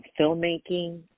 filmmaking